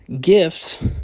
gifts